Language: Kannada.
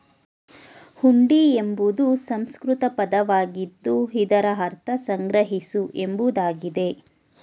ಹುಂಡಿ ಎಂಬುದು ಸಂಸ್ಕೃತ ಪದವಾಗಿದ್ದು ಇದರ ಅರ್ಥ ಸಂಗ್ರಹಿಸು ಎಂಬುದಾಗಿದೆ